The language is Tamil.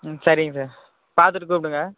ம் சரிங்க சார் பார்த்துட்டு கூப்டுங்க